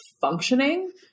functioning